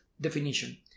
definition